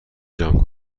جمع